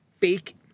fake